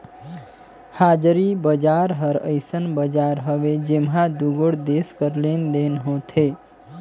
हाजरी बजार हर अइसन बजार हवे जेम्हां दुगोट देस कर लेन देन होथे